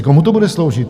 Komu to bude sloužit?